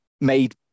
made